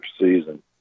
season